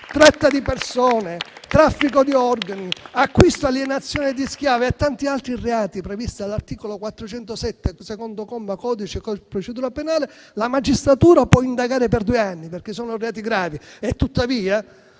tratta di persone, traffico di organi, acquisto e alienazione di schiavi e tanti altri reati previsti dall'articolo 407, comma 2, del codice di procedura penale) la magistratura può indagare per due anni perché sono reati gravi e tuttavia,